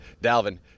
Dalvin